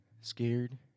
scared